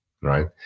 right